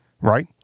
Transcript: right